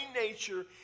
nature